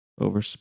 Over